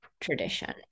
tradition